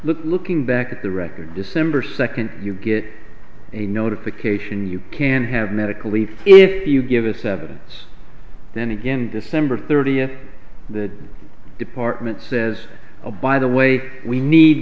look looking back at the record december second you get a notification you can have medical leave if you give us seven then again december thirtieth the department says oh by the way we need